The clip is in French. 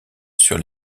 sur